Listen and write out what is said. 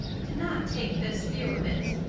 did not take this view of it.